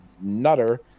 nutter